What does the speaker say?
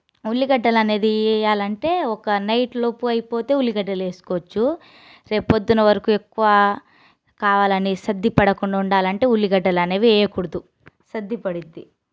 ఉల్లిగడ్డలు అనేది వేయాలంటే ఒక నైట్ లోపు అయిపోతే ఉల్లిగడ్డలు వేసుకోవచ్చు రేపు పొద్దున వరకు ఎక్కువ కావాలని సద్దిపడకుండా ఉండాలంటే ఉల్లిగడ్డలనేవి వేయకూడదు సద్ది పడిద్ది